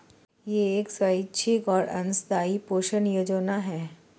यह एक स्वैच्छिक और अंशदायी पेंशन योजना है